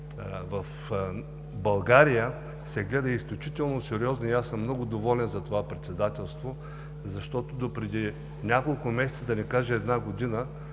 в България се гледа изключително сериозно и аз съм много доволен за това председателство. Защото допреди няколко месеца, да не кажа една година,